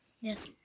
Yes